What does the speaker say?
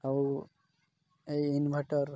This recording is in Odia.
ଆଉ ଏଇ ଇନ୍ଭର୍ଟର୍